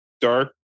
dark